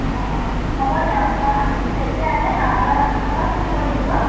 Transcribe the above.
অঁ অঁ হ'ব দিয়ক অঁ আপুনি যেতিয়া আহে আহাৰ আগত মোক এবাৰ ফোন কৰি দিব